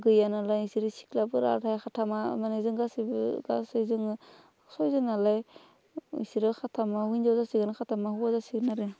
गैया नालाय बिसोरो सिख्लाफोर आरो साथामा माने जों गासिबो गासै जोङो सयजन नालाय बिसोरो साथामा हिनजाव जासिगोन साथामा हौवा जासिगोन आरो